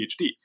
PhD